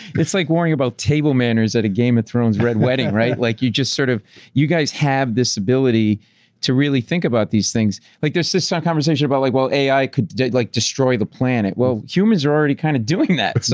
it's like worrying about table manners at a game of throne red wedding, right? like you sort of guys have this ability to really think about these things. like there's this ah conversation about like well ai can like destroy the planet. well humans are already kind of doing that.